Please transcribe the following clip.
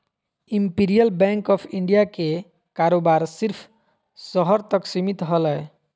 imperial Bank of India के कारोबार सिर्फ़ शहर तक सीमित हलय